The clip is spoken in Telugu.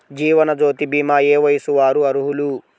జీవనజ్యోతి భీమా ఏ వయస్సు వారు అర్హులు?